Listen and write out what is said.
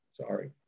Sorry